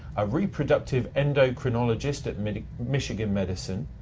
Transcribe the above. a reproductive endocrinologist at michigan michigan medicine.